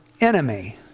enemy